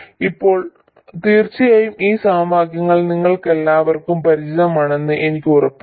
ഇപ്പോൾ തീർച്ചയായും ഈ സമവാക്യങ്ങൾ നിങ്ങൾക്കെല്ലാവർക്കും പരിചിതമാണെന്ന് എനിക്ക് ഉറപ്പുണ്ട്